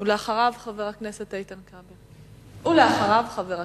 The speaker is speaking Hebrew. ולאחריו, חבר הכנסת איתן כבל, ולאחריו, חבר הכנסת,